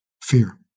Fear